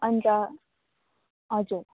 अन्त हजुर